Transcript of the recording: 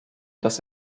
dass